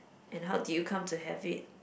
and how did you come to have it